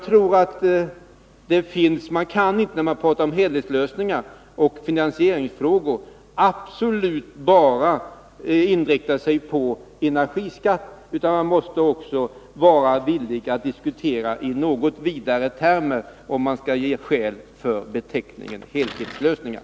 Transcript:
När man talar om helhetslösningar och finansieringsfrågor kan man inte inrikta sig bara på energiskatt, utan man måste också vara villig att diskutera i något vidare termer, om man med skäl skall kunna använda beteckningen helhetslösningar.